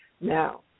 now